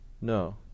No